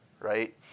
right